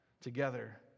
together